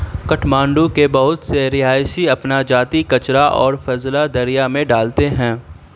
کٹھمانڈو کے بہت سے رہائشی اپنا ذاتی کچرا اور فضلہ دریا میں ڈالتے ہیں